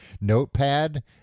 Notepad